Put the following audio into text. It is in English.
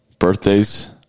birthdays